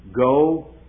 go